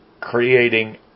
creating